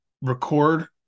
record